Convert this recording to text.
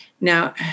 Now